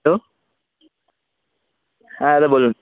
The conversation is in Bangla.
হ্যালো হ্যাঁ দাদা বলুন